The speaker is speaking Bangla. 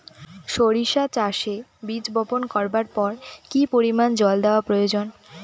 সরিষা চাষে বীজ বপন করবার পর কি পরিমাণ জল দেওয়া প্রয়োজন?